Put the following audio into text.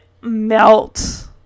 melt